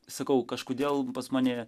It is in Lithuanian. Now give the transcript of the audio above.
sakau kažkodėl pas mane